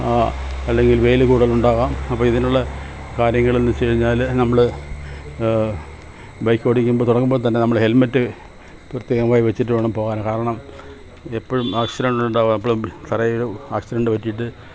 അല്ലെങ്കിൽ വെയില് കൂടുതലുണ്ടാവാം അപ്പോള് ഇതിനുള്ള കാര്യങ്ങളെന്ന് വച്ചുഴിഞ്ഞാല് നമ്മള് ബൈക്കോടിക്കുമ്പോള് തുടങ്ങുമ്പോള്ത്തന്നെ നമ്മള് ഹെൽമറ്റ് പ്രത്യേകമായി വച്ചിട്ട് വേണം പോകാന് കാരണം എപ്പോഴും ആക്സിഡൻറ്റുണ്ടാവാം എപ്പോഴും തലയില് ആക്സിഡൻറ്റ് പറ്റിയിട്ട്